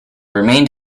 remained